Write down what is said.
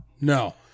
No